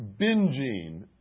binging